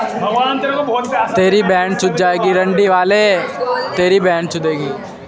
क्या जनोपयोगी सेवा गाँव में भी है?